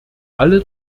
alle